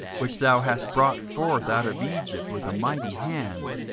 which thou hast brought forth out of egypt with a mighty hand.